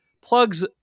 plugs